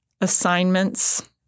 assignments